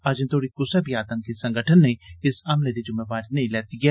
अजें तोड़ी कुसै बी आतंकी संगठन नै इस हमले दी जुम्मेवारी नेई लैती ऐ